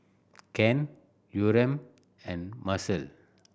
Ken Yurem and Marcelle